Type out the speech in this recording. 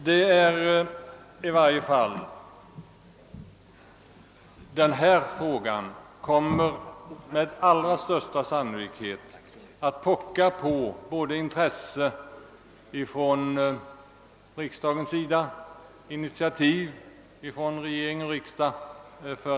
Den fråga vi nu behandlar kommer med allra största sannolikhet att för sin lösning pocka på initiativ från regering och riksdag.